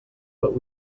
but